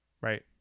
right